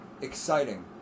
exciting